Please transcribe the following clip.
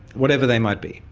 whatever they might be.